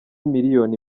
miliyoni